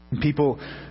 people